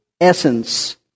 essence